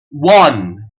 one